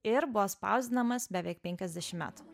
ir buvo spausdinamas beveik penkiasdešim metų